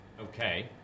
okay